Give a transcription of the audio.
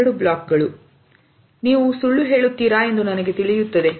ಎರಡು ಬ್ಲಾಕ್ಗಳು ನೀವು ಸುಳ್ಳು ಹೇಳುತ್ತೀರಾ ಎಂದು ನನಗೆ ತಿಳಿಯುತ್ತದೆ